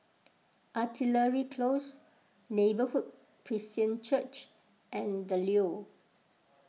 Artillery Close Neighbourhood Christian Church and the Leo